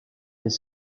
des